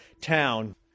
town